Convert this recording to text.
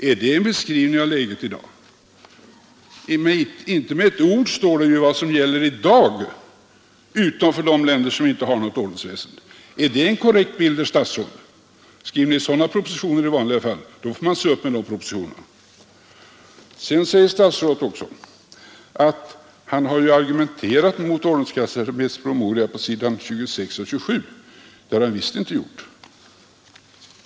Är det en beskrivning av läget i dag? Inte ett ord står om vad som gäller i dag utom för de länder som inte har något ordensväsende. Är det en korrekt bild, herr statsråd? Skriver ni sådana propositioner i vanliga fall, får man se upp med dem. Statsrådet säger för det tredje att han har argumenterat mot ordenskanslersämbetet på s. 26 och 27 i propositionen. Det har han visst inte gjort.